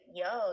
yo